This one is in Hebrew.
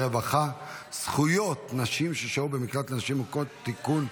רווחה (זכויות נשים ששהו במקלט לנשים מוכות) (תיקון,